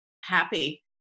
Happy